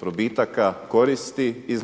probitaka, koristi, i